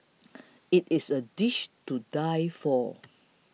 it is a dish to die for